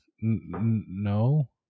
No